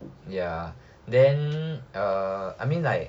ya then err I mean like